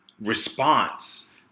response